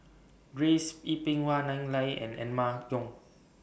Grace Yin Peck Nai and Emma Yong